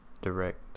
direct